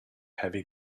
heavy